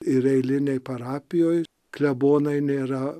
ir eilinėj parapijoj klebonai nėra